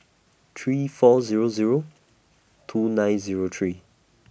three four Zero Zero two nine Zero three